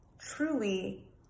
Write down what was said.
truly